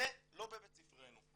זה לא בבית ספרנו.